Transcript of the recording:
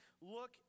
look